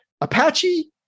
Apache